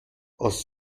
aus